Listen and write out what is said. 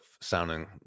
sounding